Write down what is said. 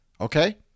okay